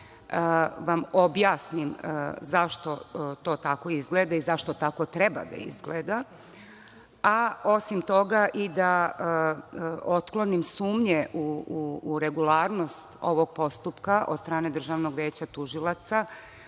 vam objasnim zašto to tako izgleda i zašto tako treba da izgleda. Osim toga i da otklonim sumnje u regularnost ovog postupka od strane Državnog veća tužilaca